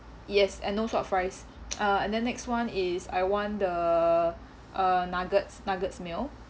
yes and no salt fries uh and then next one is I want the uh nuggets nuggets meal